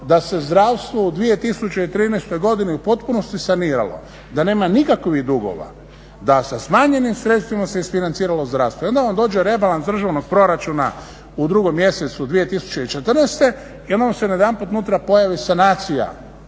da se zdravstvo u 2013. godini u potpunosti saniralo, da nema nikakvih dugova, da sa smanjenim sredstvima se isfinanciralo zdravstvo. I onda vam dođe rebalans državnog proračuna u 2. mjesecu 2014. i onda vas se najedanput unutra pojavi sanacija